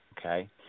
Okay